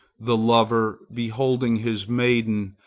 the lover, beholding his maiden,